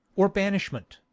or banishment,